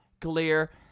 clear